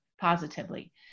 positively